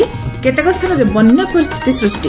କେତେକ ସ୍ଥାନରେ ବନ୍ୟା ପରିସ୍ଥିତି ସୃଷ୍ଟି